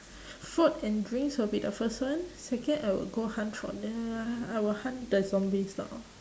food and drinks will be the first one second I will go hunt tr~ the I will hunt the zombies down